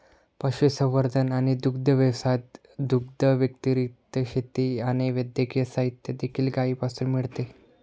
पशुसंवर्धन आणि दुग्ध व्यवसायात, दुधाव्यतिरिक्त, शेती आणि वैद्यकीय साहित्य देखील गायीपासून मिळते